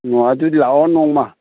ꯑꯣ ꯑꯗꯨꯗꯤ ꯂꯥꯛꯑꯣ ꯅꯣꯡꯃ